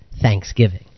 Thanksgiving